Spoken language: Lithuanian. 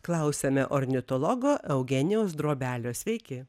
klausiame ornitologo eugenijaus drobelio sveiki